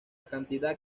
cantidad